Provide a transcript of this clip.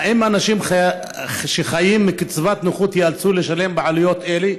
האם אנשים שחיים מקצבת נכות ייאלצו לשלם עלויות אלה,